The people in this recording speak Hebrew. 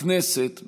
הכנסת,